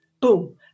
Boom